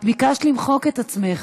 את ביקשת למחוק את עצמך.